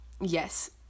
yes